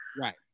Right